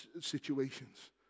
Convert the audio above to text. situations